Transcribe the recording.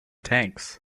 tanks